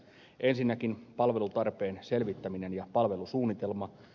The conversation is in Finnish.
ensinnäkin palvelutarpeen selvittäminen ja palvelusuunnitelma